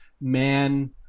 man